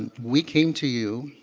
and we came to you